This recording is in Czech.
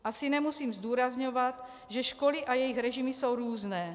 Asi nemusím zdůrazňovat, že školy a jejich režimy jsou různé.